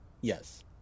Yes